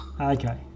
Okay